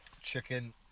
Chicken